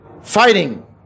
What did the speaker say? Fighting